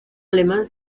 alemán